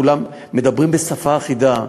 כולם מדברים בשפה אחידה.